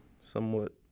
somewhat